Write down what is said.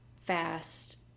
fast